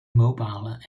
mobile